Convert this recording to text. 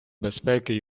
безпеки